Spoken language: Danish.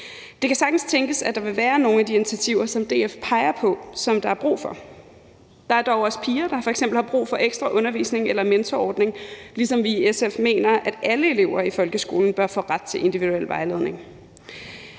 Det kan sagtens tænkes, at der vil være nogle af de initiativer, som DF peger på, som der er brug for. Der er dog også piger, der f.eks. har brug for ekstra undervisning eller mentorordning, og vi mener også i SF, at alle elever i folkeskolen bør få ret til individuel vejledning.